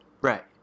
right